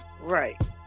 Right